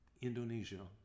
Indonesia